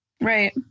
Right